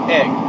egg